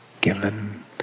given